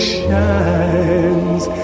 shines